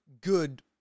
good